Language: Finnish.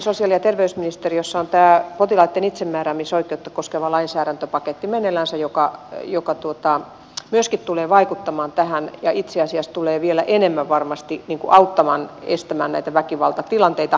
sosiaali ja terveysministeriössä on myöskin meneillänsä potilaitten itsemääräämisoikeutta koskeva lainsäädäntöpaketti joka myöskin tulee vaikuttamaan tähän ja itse asiassa tulee vielä enemmän varmasti auttamaan estämään näitä väkivaltatilanteita